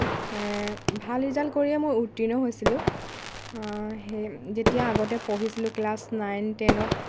ভাল ৰিজাল্ট কৰিয়েই মই উত্তীৰ্ণ হৈছিলোঁ সেই যেতিয়া আগতে পঢ়িছিলোঁ ক্লাছ নাইন টেনত